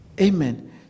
Amen